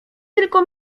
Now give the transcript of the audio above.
tylko